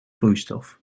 vloeistof